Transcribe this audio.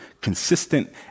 consistent